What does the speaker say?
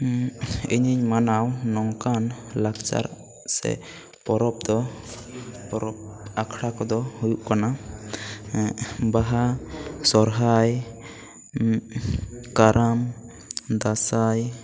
ᱤᱧᱤᱧ ᱢᱟᱱᱟᱣ ᱱᱚᱝᱠᱟᱱ ᱞᱟᱠᱪᱟᱨ ᱥᱮ ᱯᱚᱨᱚᱵᱽ ᱫᱚ ᱯᱚᱨᱚᱵᱽ ᱟᱠᱷᱲᱟ ᱠᱚ ᱫᱚ ᱦᱩᱭᱩᱜ ᱠᱟᱱᱟ ᱵᱟᱦᱟ ᱥᱚᱨᱦᱟᱭ ᱠᱟᱨᱟᱢ ᱫᱟᱸᱥᱟᱭ